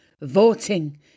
voting